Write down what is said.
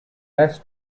less